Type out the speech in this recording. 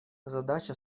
задача